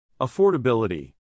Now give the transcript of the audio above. Affordability